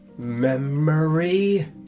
memory